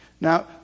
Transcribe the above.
Now